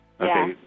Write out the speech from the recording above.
Okay